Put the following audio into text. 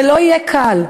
זה לא יהיה קל.